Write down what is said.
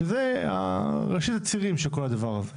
שזה ראשית הצירים של כל הדבר הזה.